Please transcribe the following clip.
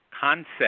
concept